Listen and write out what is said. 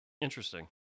interesting